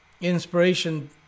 inspiration